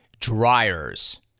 dryers